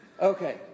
Okay